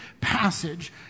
passage